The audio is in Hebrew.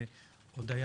הודיה